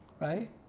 right